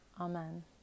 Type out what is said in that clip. Amen